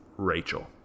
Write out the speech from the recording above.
Rachel